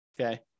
okay